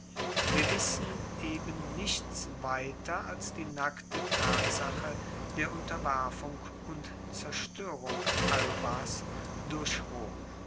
wir wissen eben nichts weiter als die nackte tatsache der unterwerfung und zerstoerung albas durch rom